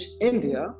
India